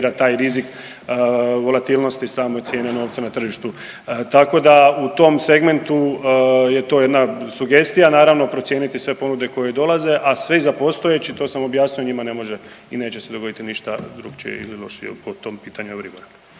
taj rizik volatilnosti same cijene novca na tržištu. Tako da u tom segmentu je to jedna sugestija, a naravno procijeniti sve ponude koje dolaze a svi za postojeći to sam objasnio, njima ne može i neće se dogoditi ništa drukčije i lošije po tom pitanju Euribora.